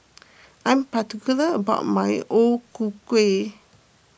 I'm particular about my O Ku Kueh